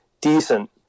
decent